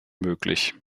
möglich